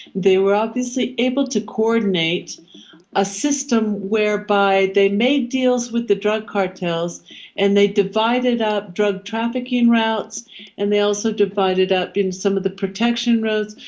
they were obviously able to coordinate a system whereby they made deals with the drug cartels and they divided up drug trafficking routes and they also divided up in some of the protection routes,